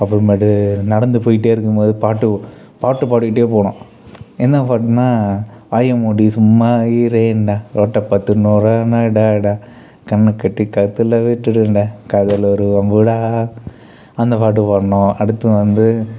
அப்புறமேட்டு நடந்து போயிகிட்டே இருக்கும்போது பாட்டு பாட்டு பாடிக்கிட்டே போனோம் என்ன பாட்டுனா வாயமூடி சும்மா இரேன்டா ரோட்டை பார்த்து நேரா நடைடா கண்ணை கட்டி காற்றுல விட்டுடுன்டா காதல் ஒரு வம்புடா அந்த பாட்டு பாடினோம் அடுத்தது வந்து